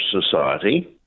Society